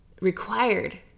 required